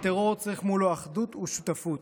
הטרור צריך מולו אחדות ושותפות,